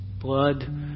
blood